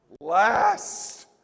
last